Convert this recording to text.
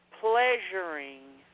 Pleasuring